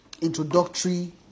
introductory